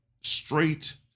straight